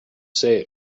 say